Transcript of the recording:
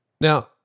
Now